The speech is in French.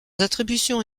attributions